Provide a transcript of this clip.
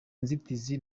nzitizi